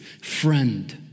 friend